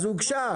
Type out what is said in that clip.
אז הוגשה.